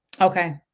okay